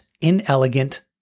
inelegant